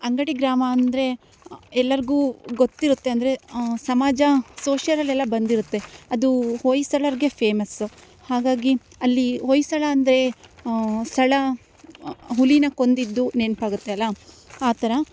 ಅಂಗಡಿ ಗ್ರಾಮ ಅಂದರೆ ಎಲ್ಲರಿಗೂ ಗೊತ್ತಿರುತ್ತೆ ಅಂದರೆ ಸಮಾಜ ಸೋಷಿಯಲಲ್ಲೆಲ್ಲ ಬಂದಿರುತ್ತೆ ಅದು ಹೊಯ್ಸಳರಿಗೆ ಫೇಮಸ್ಸು ಹಾಗಾಗಿ ಅಲ್ಲಿ ಹೊಯ್ಸಳ ಅಂದರೆ ಸಳ ಹುಲಿನ ಕೊಂದಿದ್ದು ನೆನಪಾಗತ್ತೆ ಅಲ್ಲ ಆ ಥರ